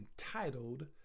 entitled